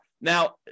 Now